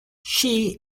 she